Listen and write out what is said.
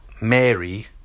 Mary